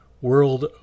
world